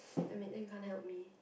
damn it then you can't help me